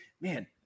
Man